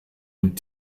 und